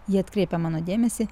ji atkreipė mano dėmesį